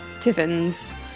Tiffin's